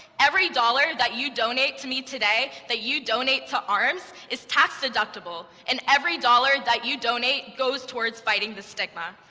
every dollar that you donate to me today, that you donate to arms is tax deductible. and every dollar that you donate goes towards fighting the stigma.